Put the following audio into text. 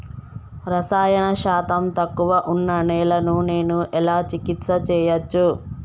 రసాయన శాతం తక్కువ ఉన్న నేలను నేను ఎలా చికిత్స చేయచ్చు?